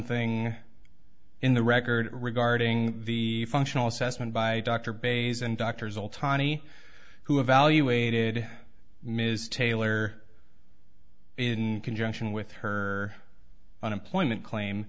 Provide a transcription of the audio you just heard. thing in the record regarding the functional assessment by dr bays and doctors all tahnee who evaluated ms taylor in conjunction with her unemployment claim